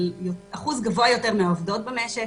על אחוז גבוה יותר מהעובדות במשק,